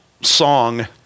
song